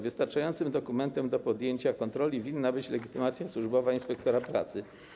Wystarczającym dokumentem do podjęcia kontroli winna być legitymacja służbowa inspektora pracy.